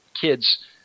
kids